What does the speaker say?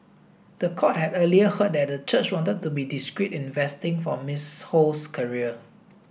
the court had earlier heard that the church wanted to be discreet in investing for Miss Ho's career